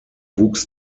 wuchs